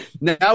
Now